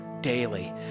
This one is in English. daily